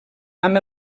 amb